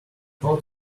out